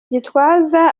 gitwaza